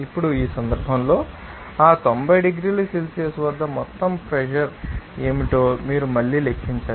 ఇప్పుడు ఈ సందర్భంలో ఆ 90 డిగ్రీల సెల్సియస్ వద్ద మొత్తం ప్రెషర్ ఏమిటో మీరు మళ్ళీ లెక్కించాలి